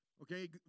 okay